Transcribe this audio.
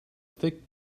thick